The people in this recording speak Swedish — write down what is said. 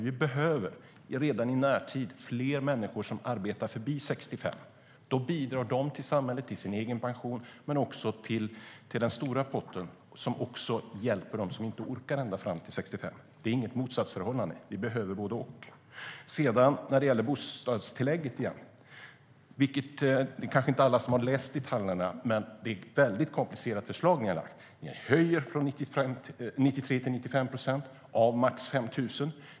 Vi behöver redan i närtid fler människor som arbetar förbi 65. Då bidrar de till samhället, till sin egen pension men också till den stora pott som även hjälper dem som inte orkar ända till 65. Det är inget motsatsförhållande; vi behöver både och. När det gäller bostadstillägget är det kanske inte alla som har läst detaljerna. Det är ett väldigt komplicerat förslag ni har lagt fram. Ni höjer från 93 till 95 procent av max 5 000.